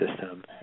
system